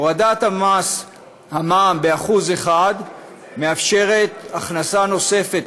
הורדת המע"מ ב-1% מאפשרת הכנסה נוספת,